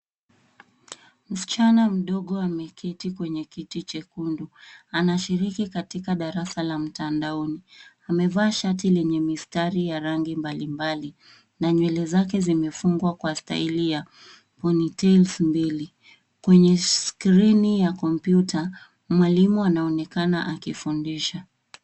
Msichana mdogo ameketi kwenye kiti chekundu. Anashiriki katika darasa la mtandaoni. Amevaa shati lenye mistari ya rangi mbalimbali na nywele zake zimefungwa kwa staili ya ponytails mbili. Kwenye skrini ya kompyuta, mwalimu anaonekana akifundisha.